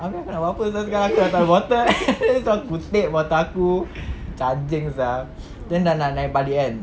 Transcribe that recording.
abeh aku nak buat apa sia sekarang bottle kan abeh dia suruh aku kutip bottle aku macam anjing sia then nak naik balik kan